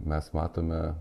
mes matome